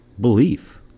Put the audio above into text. belief